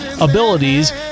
abilities